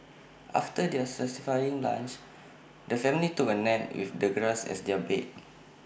after their satisfying lunch the family took A nap with the grass as their bed